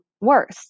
worse